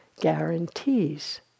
guarantees